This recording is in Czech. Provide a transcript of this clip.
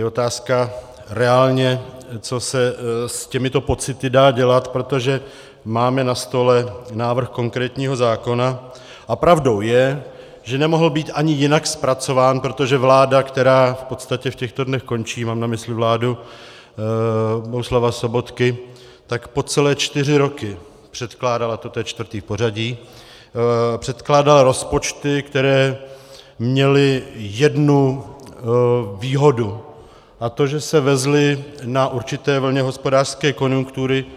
Je otázka reálně, co se s těmito pocity dá dělat, protože máme na stole návrh konkrétního zákona a pravdou je, že nemohl být ani jinak zpracován, protože vláda, která v podstatě v těchto dnech končí, mám na mysli vládu Bohuslava Sobotky, tak po celé čtyři roky předkládala, toto je čtvrtý v pořadí, předkládala rozpočty, které měly jednu výhodu, a to že se vezly na určité vlně hospodářské konjunktury.